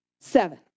seven